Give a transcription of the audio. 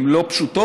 הן לא פשוטות,